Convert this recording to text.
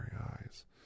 eyes